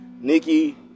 Nikki